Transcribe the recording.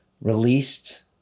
released